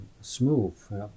smooth